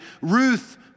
Ruth